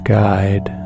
guide